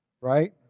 right